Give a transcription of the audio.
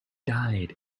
died